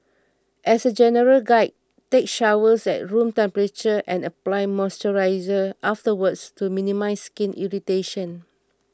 as a general guide take showers at room temperature and apply moisturiser afterwards to minimise skin irritation